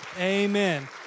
Amen